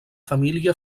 família